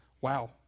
wow